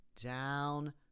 down